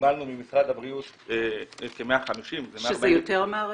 קיבלנו ממשרד הבריאות כ-150 --- שזה יותר מהרגיל?